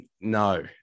no